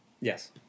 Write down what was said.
Yes